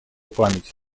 память